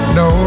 no